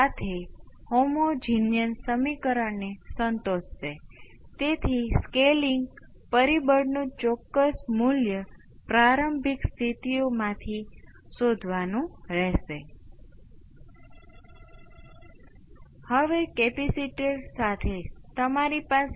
તેથી આપણે આને કેવી રીતે હલ કરવા જઈશું તેથી કંઈક છે અન્ય કોઈ સંકલિત પરિબળ નથી જે મૂળભૂત રીતે આવશ્યક ઉકેલો છે કે જે તમારા અગાઉના અનુભવના આધારે લેવામાં આવ્યા છે તેથી તમે જાણો છો કે જો ઇનપુટ સ્પષ્ટ છે તો ઉકેલ તેમાંથી હશે